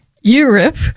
Europe